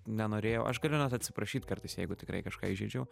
nenorėjau aš galiu net atsiprašyt kartais jeigu tikrai kažką įžeidžiau